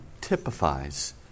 typifies